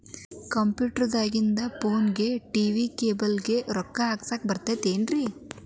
Computer ದಾಗಿಂದ್ ಫೋನ್ಗೆ, TV cable ಗೆ, ರೊಕ್ಕಾ ಹಾಕಸಾಕ್ ಬರತೈತೇನ್ರೇ?